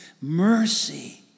mercy